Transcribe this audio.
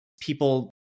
people